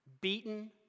beaten